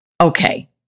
Okay